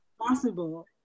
possible